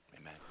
Amen